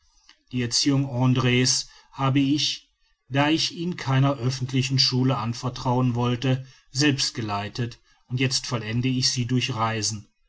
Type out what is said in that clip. die erziehung andr's habe ich da ich ihn keiner öffentlichen schule anvertrauen wollte selbst geleitet und jetzt vollende ich sie durch reisen